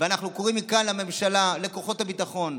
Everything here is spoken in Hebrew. ואנחנו קוראים מכאן לממשלה, לכוחות הביטחון,